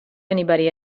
anybody